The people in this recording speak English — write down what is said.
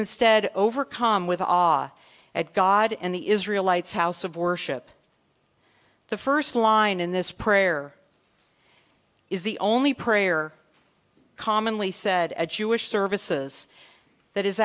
instead overcome with off at god and the israel lights house of worship the first line in this prayer is the only prayer commonly said at jewish services that is